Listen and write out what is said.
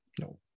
no